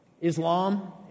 Islam